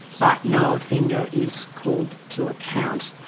but no offender is called to account.